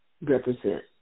represent